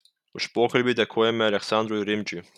už pokalbį dėkojame aleksandrui rimdžiui